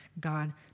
God